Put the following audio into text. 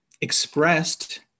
expressed